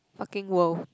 fucking world